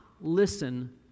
listen